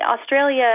Australia